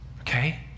Okay